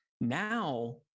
now